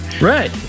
Right